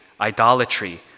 idolatry